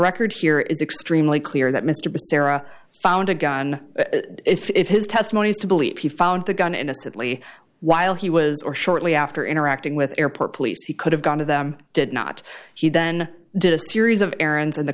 record here is extremely clear that mr sarah found a gun if his testimony is to believe he found the gun innocently while he was or shortly after interacting with airport police he could have gone to them did not he then did a series of errands and the